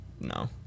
No